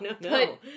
no